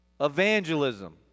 evangelism